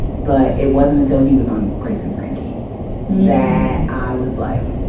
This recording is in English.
but it wasn't until he was on grace and frankie that i was like,